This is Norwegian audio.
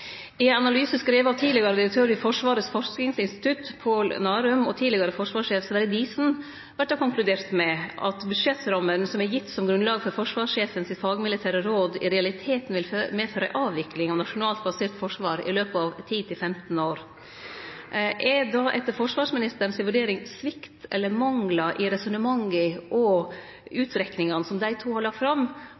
I ein analyse som er skriven av tidlegare direktør i Forsvarets forskningsinstitutt Paul Narum og tidlegare forsvarssjef Sverre Diesen, vert det konkludert med at budsjettramma som er gitt som grunnlag for forsvarssjefen sitt fagmilitære råd, i realiteten vil medføre ei avvikling av nasjonalt basert forsvar i løpet av 10–15 år. Er det etter forsvarsministeren si vurdering svikt eller manglar i resonnementa og utrekningane som dei to har lagt fram,